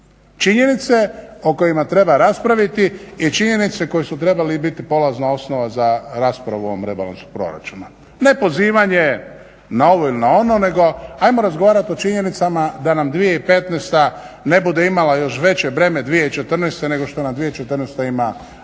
Činjenice o kojima treba raspraviti i činjenice koje su trebale biti polazna osnova za raspravu o ovom rebalansu proračuna. Ne pozivanje na ovo ili na ono nego ajmo razgovarati o činjenicama da nam 2015. ne bude imala još veće breme 2014. nego što nam 2014. ima